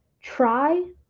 try